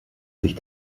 sich